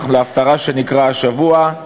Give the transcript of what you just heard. להפטרה שנקראה השבוע,